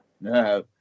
no